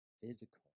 physical